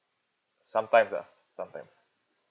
sometimes lah sometimes